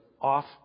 off